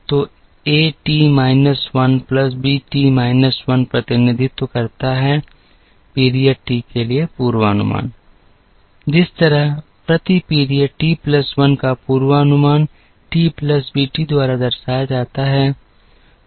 तो एक T minus 1 plus B T minus 1 प्रतिनिधित्व करता है पीरियड टी के लिए पूर्वानुमान जिस तरह प्रति पीरियड टी प्लस 1 का पूर्वानुमान टी प्लस बी टी द्वारा दर्शाया गया है